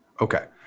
Okay